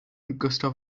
gustav